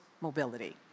mobility